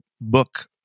book